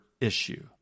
issue